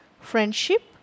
friendship